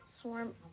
Swarm